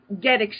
get